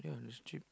yeah it's cheap